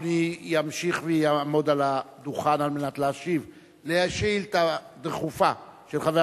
אדוני ימשיך ויעמוד על הדוכן על מנת להשיב על שאילתא דחופה של חבר